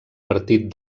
partit